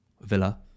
Villa